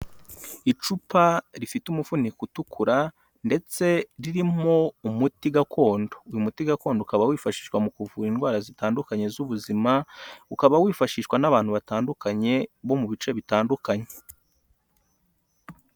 Icupa rifite umufuniko utukura ndetse ririmo umuti gakondo, uyu muti gakondo ukaba wifashishwa mu kuvura indwara zitandukanye z'ubuzima, ukaba wifashishwa n'abantu batandukanye bo mu bice bitandukanye.